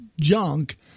junk